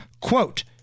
quote